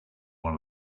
one